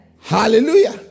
Hallelujah